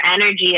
energy